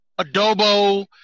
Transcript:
adobo